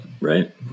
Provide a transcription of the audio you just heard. Right